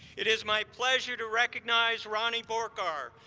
it is my pleasure to recognize rani borkar,